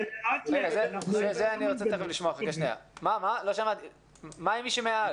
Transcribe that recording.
מה עם מי שמעל?